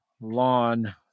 Lawn